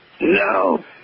No